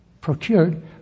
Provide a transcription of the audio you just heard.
procured